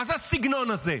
מה זה הסגנון הזה?